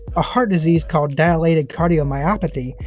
a heart disease called dilated cardiomyopathy,